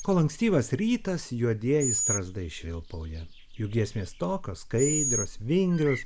kol ankstyvas rytas juodieji strazdai švilpauja jų giesmės tokios skaidrios vingrios